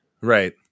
right